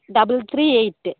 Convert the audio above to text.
double three eight